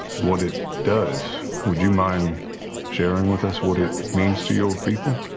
what it does. would you mind sharing with us what it means to your people?